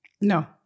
no